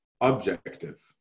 objective